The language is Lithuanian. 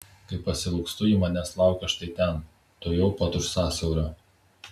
kai pasiilgstu ji manęs laukia štai ten tuojau pat už sąsiaurio